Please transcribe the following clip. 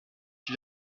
qui